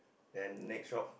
then next shop